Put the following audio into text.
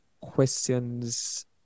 questions